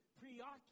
preoccupied